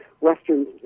western